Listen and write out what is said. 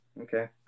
okay